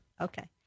Okay